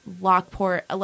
Lockport